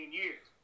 years